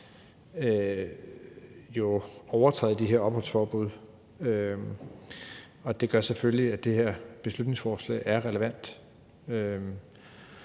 jo overtræder de her opholdsforbud. Det gør selvfølgelig, at det her beslutningsforslag er relevant.